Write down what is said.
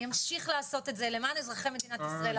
אמשיך לעשות את זה למען אזרחי מדינת ישראל,